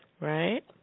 right